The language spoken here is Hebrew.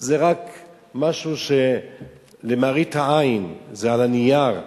זה רק משהו שלמראית העין, זה על הנייר.